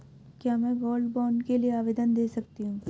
क्या मैं gold bond के लिए आवेदन दे सकती हूँ?